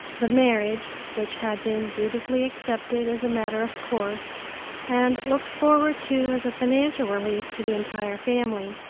the marriage, which had been dutifully accepted as a matter of course and looked forward to as a financial relief to the entire family,